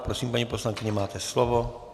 Prosím, paní poslankyně, máte slovo.